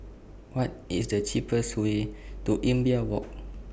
What IS The cheapest Way to Imbiah Walk